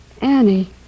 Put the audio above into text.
Annie